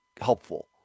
helpful